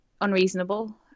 unreasonable